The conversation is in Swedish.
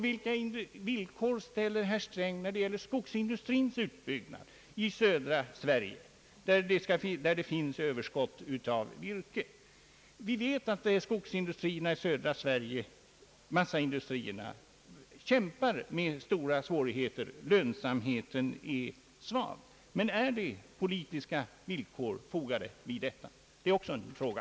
Vilka villkor ställer herr Sträng när det gäller skogsindustrins utbyggnad i södra Sverige, där det finns överskott av virke? Vi vet att massaindustrierna i södra Sverige kämpar med stora svårigheter. Lönsamheten är svag. Är det politiska villkor fogade i detta? Det är också en fråga.